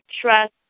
trust